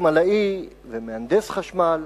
חשמלאי ומהנדס חשמל.